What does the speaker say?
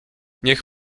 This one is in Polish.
niech